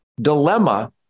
dilemma